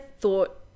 thought